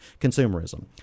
consumerism